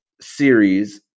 series